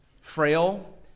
frail